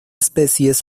especies